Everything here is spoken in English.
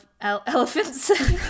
elephants